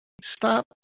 stop